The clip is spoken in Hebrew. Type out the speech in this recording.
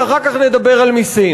ואחר כך נדבר על מסים.